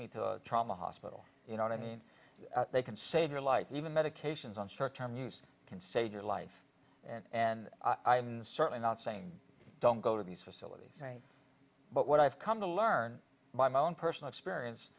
me to a trauma hospital you know i mean they can save your life and even medications on short term use can save your life and and i am certainly not saying don't go to these facilities but what i've come to learn by my own personal experience